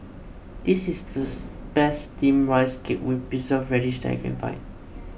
this is these best Steamed Rice Cake with Preserved Radish that I can find